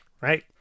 right